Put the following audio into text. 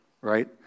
right